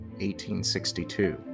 1862